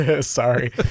Sorry